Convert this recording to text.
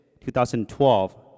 2012